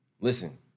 Listen